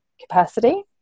capacity